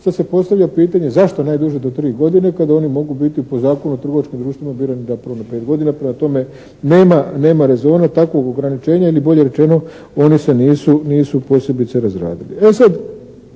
Sad se postavlja pitanje zašto najduže do tri godine kada oni mogu biti po Zakonu o trgovačkim društvima birani na zapravo na pet godina. Prema tome, nema rezona, takvog ograničenja ili bolje rečeno oni se nisu posebice razradili.